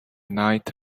night